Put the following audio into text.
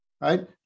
right